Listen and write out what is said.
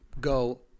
go